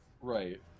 right